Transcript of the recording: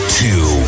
two